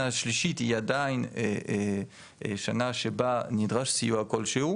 השלישית היא עדיין שנה שבה נדרש סיוע כלשהו